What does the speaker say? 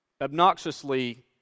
obnoxiously